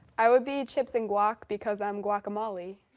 i would be chips and guac because i'm guaca-molly.